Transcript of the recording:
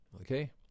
Okay